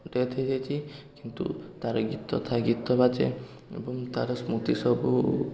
death ହେଇଯାଇଛି କିନ୍ତୁ ତା'ର ଗୀତ ଥାଏ ଗୀତ ବାଜେ ଏବଂ ତା'ର ସ୍ମୃତି ସବୁ